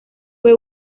fue